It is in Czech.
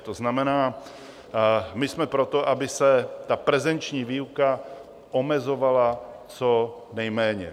To znamená, my jsme pro to, aby se prezenční výuka omezovala co nejméně.